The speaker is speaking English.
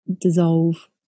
dissolve